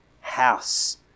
house